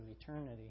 eternity